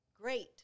great